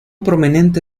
prominente